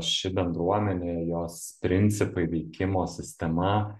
ši bendruomenė jos principai veikimo sistema